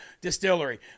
Distillery